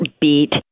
beat